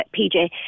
PJ